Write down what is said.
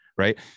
Right